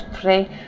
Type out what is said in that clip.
Pray